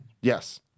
Yes